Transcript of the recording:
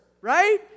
right